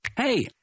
Hey